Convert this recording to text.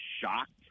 shocked